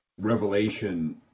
Revelation